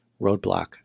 roadblock